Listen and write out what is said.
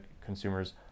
consumers